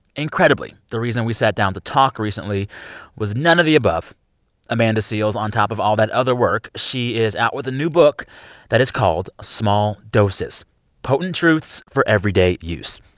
incredibly, the reason we sat down to talk recently was none of the above amanda seales, on top of all that other work, she is out with a new book that is called small doses potent truths for everyday use.